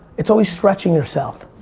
it's always stretching yourself.